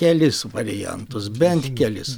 kelis variantus bent kelis